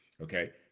Okay